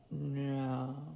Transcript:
No